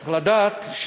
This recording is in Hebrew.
צריך לדעת,